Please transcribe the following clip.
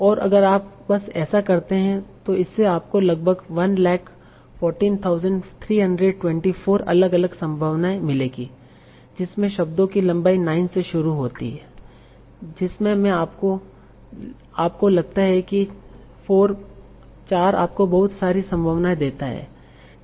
और अगर आप बस ऐसा करते हैं तो इससे आपको लगभग 114324 अलग अलग संभावनाएं मिलेंगी जिसमें शब्दों की लम्बाई 9 से शुरू होती है जिसमें से आपको लगता है कि 4 आपको बहुत सारी संभावनाएं देता है